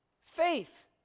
Faith